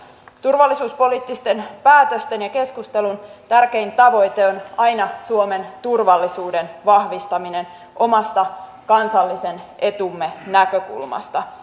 turvallisuuspoliittisten päätösten ja keskustelun tärkein tavoite on aina suomen turvallisuuden vahvistaminen omasta kansallisen etumme näkökulmasta